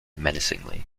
menacingly